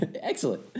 Excellent